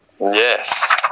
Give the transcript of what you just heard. Yes